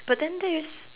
but then there is